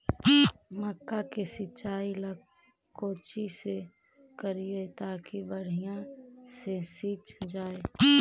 मक्का के सिंचाई ला कोची से करिए ताकी बढ़िया से सींच जाय?